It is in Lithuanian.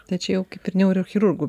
tai čia jau kaip ir neurochirurgų